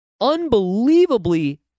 unbelievably